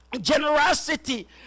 generosity